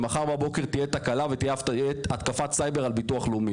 מחר בבוקר תהיה תקלה ותהיה התקפת סייבר על ביטוח לאומי.